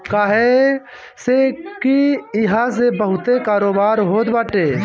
काहे से की इहा से बहुते कारोबार होत बाटे